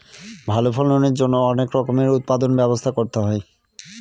ভালো ফলনের জন্যে অনেক রকমের উৎপাদনর ব্যবস্থা করতে হয়